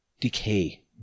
decay